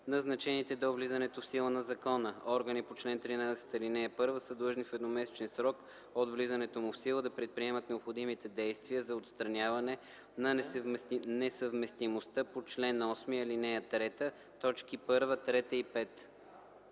Назначените до влизането в сила на закона органи по чл. 13, ал. 1 са длъжни в едномесечен срок от влизането му в сила да предприемат необходимите действия за отстраняване на несъвместимостта по чл. 8, ал. 3, т. 1, 3 и 5.”